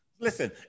Listen